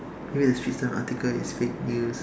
maybe the Straits Times article is fake news